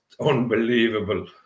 unbelievable